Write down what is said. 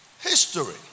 History